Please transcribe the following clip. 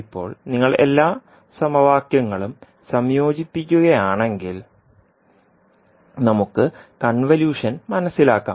ഇപ്പോൾ നിങ്ങൾ എല്ലാ സമവാക്യങ്ങളും സംയോജിപ്പിക്കുകയാണെങ്കിൽ നമുക്ക് കൺവല്യൂഷൻ മനസ്സിലാക്കാം